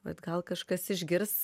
vat gal kažkas išgirs